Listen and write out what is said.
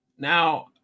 Now